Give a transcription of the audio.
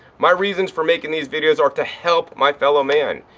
my reasons for making these videos are to help my fellow man.